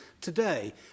today